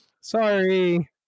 sorry